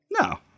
No